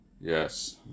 Yes